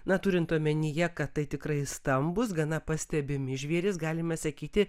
na turint omenyje kad tai tikrai stambūs gana pastebimi žvėrys galima sakyti